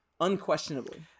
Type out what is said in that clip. unquestionably